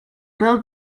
build